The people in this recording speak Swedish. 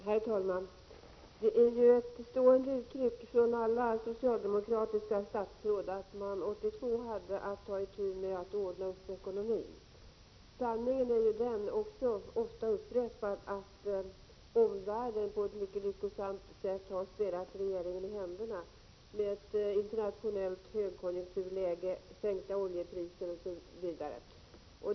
Herr talman! Ett stående uttryck hos alla socialdemokratiska statsråd är att regeringen år 1982 hade att ta itu med landets förstörda ekonomi. En ofta upprepad sanning är dock att omvärlden på ett lyckosamt sätt har spelat regeringen i händerna genom ett internationellt högkonjunkturläge, sänkta oljepriser osv.